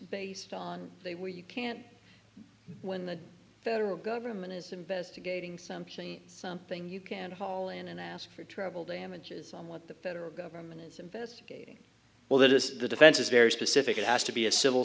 based on they where you can when the federal government is investigating some something you can haul in and ask for treble damages on what the federal government is investigating well that is the defense is very specific it has to be a civil